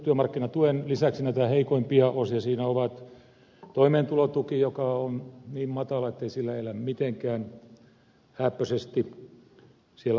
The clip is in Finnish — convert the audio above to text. työmarkkinatuen lisäksi näitä heikoimpia osia on toimeentulotuki joka on niin matala ettei sillä elä mitenkään hääppöisesti